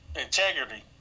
integrity